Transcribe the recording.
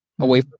away